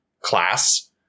class